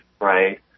right